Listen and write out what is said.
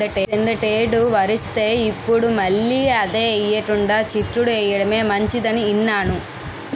కిందటేడు వరేస్తే, ఇప్పుడు మళ్ళీ అదే ఎయ్యకుండా చిక్కుడు ఎయ్యడమే మంచిదని ఇన్నాను